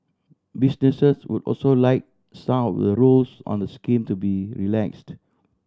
businesses would also like some of the rules on the scheme to be relaxed